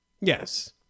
Yes